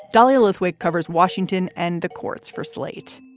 dahlia lithwick covers washington and the courts for slate